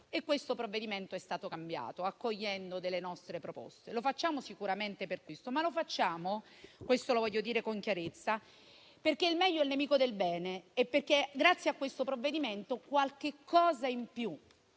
Il provvedimento è quindi stato cambiato accogliendo alcune nostre proposte. Lo facciamo sicuramente per questo, ma lo facciamo - lo voglio dire con chiarezza - perché il meglio è nemico del bene e perché, grazie a questo provvedimento, qualche cosa in più